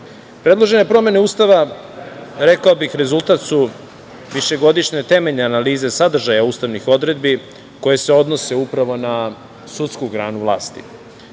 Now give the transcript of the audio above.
Srbije. Predložene promene Ustava, rekao bih, rezultata su višegodišnje temeljne analize sadržaja ustavnih odredbi koje se odnose upravo na sudsku granu vlasti.